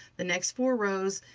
the next four rows.